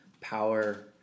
power